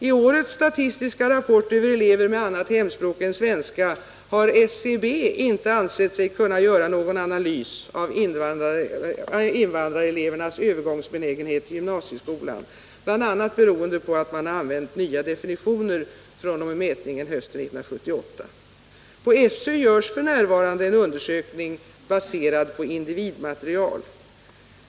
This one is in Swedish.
I årets statistiska rapport över elever med annat hemspråk än svenska har SCB inte ansett sig kunna göra någon analys av invandrarelevernas benägenhet att övergå till gymnasieskolan, bl.a. beroende på att man använt sig av nya definitioner fr.o.m. mätningen hösten 1978. På SÖ arbetar man f.n. med en undersökning som är baserad på individmaterial.